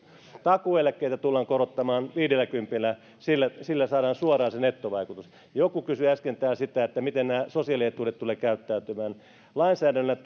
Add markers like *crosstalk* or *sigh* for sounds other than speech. takuueläkkeitä tullaan korottamaan viidelläkympillä sillä sillä saadaan suoraan se nettovaikutus joku kysyi äsken täällä sitä miten nämä sosiaalietuudet tulevat käyttäytymään lainsäädännöllä *unintelligible*